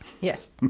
Yes